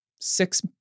six